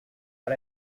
but